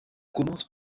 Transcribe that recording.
commence